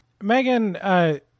Megan